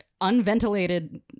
unventilated